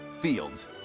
Fields